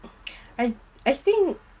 I I think